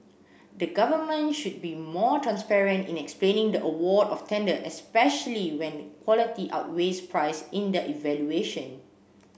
the government should be more transparent in explaining the award of tender especially when quality outweighs price in the evaluation